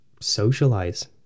socialize